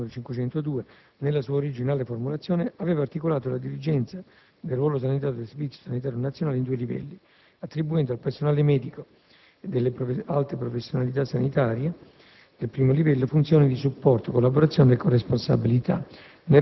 Infatti, l'articolo 15 del decreto legislativo n. 502 del 1992, nella sua originale formulazione, aveva articolato la dirigenza del ruolo sanitario del servizio sanitario nazionale in due livelli, attribuendo al personale medico delle alte professionalità sanitarie